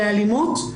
לאלימות.